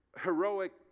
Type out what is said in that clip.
heroic